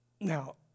Now